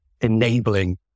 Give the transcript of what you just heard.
enabling